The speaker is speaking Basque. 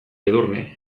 edurne